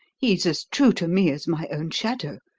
he's as true to me as my own shadow.